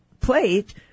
plate